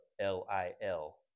L-I-L